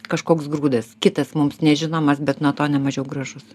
kažkoks grūdas kitas mums nežinomas bet nuo to ne mažiau gražus